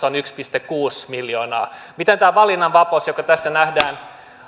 on yksi pilkku kuusi miljoonaa miten tämä valinnanvapaus joka tässä nähdään